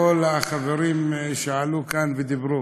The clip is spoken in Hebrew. על כל החברים שעלו כאן ודיברו.